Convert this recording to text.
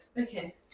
Okay